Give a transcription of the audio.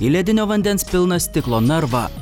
į ledinio vandens pilną stiklo narvą